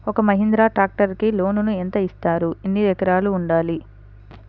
ఒక్క మహీంద్రా ట్రాక్టర్కి లోనును యెంత ఇస్తారు? ఎన్ని ఎకరాలు ఉండాలి?